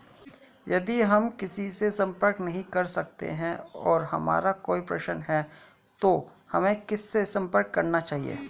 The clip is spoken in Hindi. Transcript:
यदि हम किसी से संपर्क नहीं कर सकते हैं और हमारा कोई प्रश्न है तो हमें किससे संपर्क करना चाहिए?